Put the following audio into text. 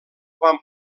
van